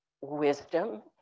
wisdom